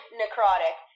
necrotic